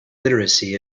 literacy